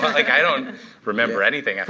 like i don't remember anything.